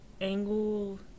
angle